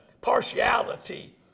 partiality